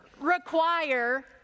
require